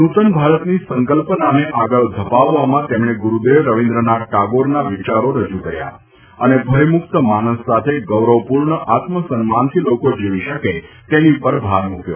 નૂતન ભારતની સંકલ્પનાને આગળ ધપાવવામાં તેમણે ગુરુદેવ રવીન્દ્રનાથ ટાગોરના વિચારો રજુ કર્યા અને ભયમુક્ત માનસ સાથે ગૌરવપૂર્વક આત્મ સન્માનથી લોકો જીવી શકે તેની પર ભાર મૂક્યો